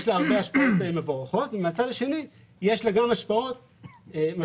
יש לה הרבה השפעות מבורכות ומהצד השני יש לה גם השפעות משמעותיות,